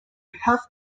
have